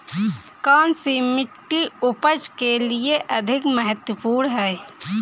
कौन सी मिट्टी उपज के लिए अधिक महत्वपूर्ण है?